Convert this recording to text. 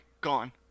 gone